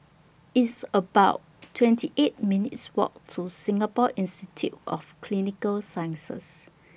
It's about twenty eight minutes' Walk to Singapore Institute of Clinical Sciences